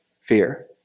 fear